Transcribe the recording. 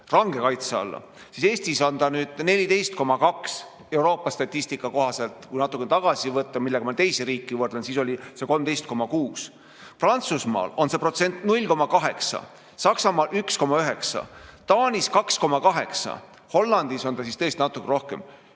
range kaitse alla, siis Eestis on ta nüüd 14,2 ja Euroopa statistika kohaselt, kui natukene tagasi võtta, millega ma teisi riike võrdlen, siis oli see 13,6. Prantsusmaal on see protsent 0,8, Saksamaal 1,9 ja Taanis 2,8, Hollandis on ta siis tõesti natuke rohkem,